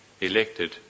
elected